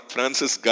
Francis